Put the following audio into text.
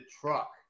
truck